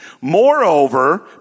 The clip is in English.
Moreover